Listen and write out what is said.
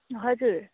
हजुर